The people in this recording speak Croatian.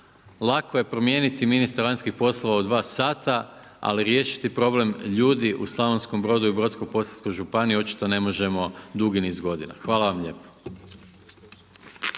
lako je promijeniti ministra vanjskih poslova u dva sata, ali riješiti problem ljudi u Slavonskom Brodu i Brodsko-posavskoj županiji očito ne možemo dugi niz godina. Hvala vam lijepo.